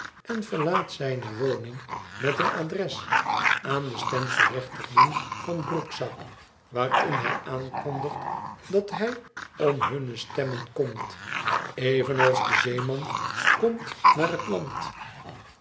en verlaat zijne woning met een adres aan de stemgerechtigden van broekzak waarin hij aankondigt dat hij om hunne stemmen komt evenals de zeeman komt naar het land